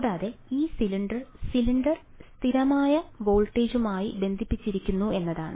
കൂടാതെ ഈ സിലിണ്ടർ സ്ഥിരമായ വോൾട്ടേജുമായി ബന്ധിപ്പിച്ചിരിക്കുന്നു എന്നതാണ്